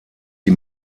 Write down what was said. die